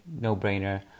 no-brainer